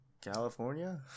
California